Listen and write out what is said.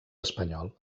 espanyol